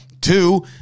two